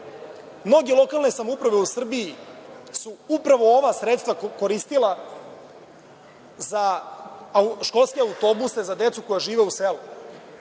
mnoge lokalne samouprave u Srbiji su upravo ova sredstva koristila za školske autobuse za decu koja žive u selu.